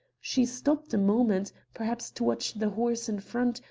she stopped a moment, perhaps to watch the horse in front,